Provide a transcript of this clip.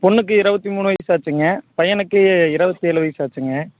பெண்ணுக்கு இருபத்தி மூணு வயது ஆச்சுங்க பையனுக்கு இருபத்தி ஏழு வயது ஆச்சுங்க